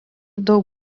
daug